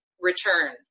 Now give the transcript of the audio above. return